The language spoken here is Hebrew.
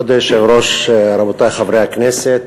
כבוד היושב-ראש, רבותי חברי הכנסת,